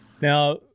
Now